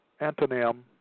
antonym